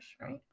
right